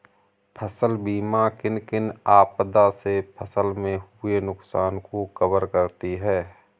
फसल बीमा किन किन आपदा से फसल में हुए नुकसान को कवर करती है